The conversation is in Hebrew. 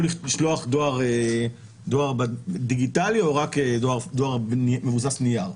לשלוח דואר דיגיטלי או רק דואר מבוסס נייר.